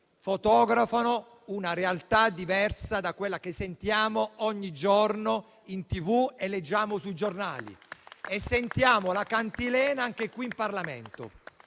fotografano una realtà diversa da quella che sentiamo ogni giorno in TV e leggiamo sui giornali, e sentiamo la cantilena anche qui in Parlamento.